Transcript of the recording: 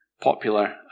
popular